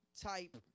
type